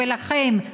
ולכם,